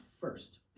first